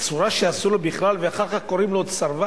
בצורה שעשו לו בכלל, ואחר כך עוד קוראים לו סרבן?